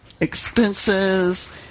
expenses